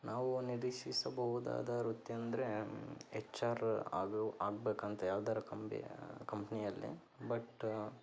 ನಾವು ನಿರೀಕ್ಷಿಸಬಹುದಾದ ವೃತ್ತಿ ಅಂದರೆ ಎಚ್ ಆರ್ ಆಗಿ ಆಗ್ಬೇಕು ಅಂತ ಯಾವ್ದಾದ್ರೂ ಕಂಪಿ ಕಂಪ್ನಿಯಲ್ಲಿ ಬಟ್